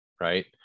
right